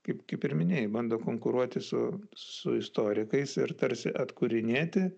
kaip kaip ir minėjai bando konkuruoti su su istorikais ir tarsi atkūrinėti